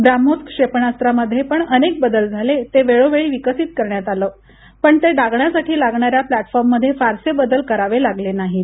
ब्राम्होस क्षेपणास्त्रामध्ये पण अनेक बदल झाले ते वेळोवेळी विकसित करण्यात आल पण ते डागण्यासाठी लागणाऱ्या प्लॅटफॉर्मध्ये फारसे बदल करावे लागले नाहीत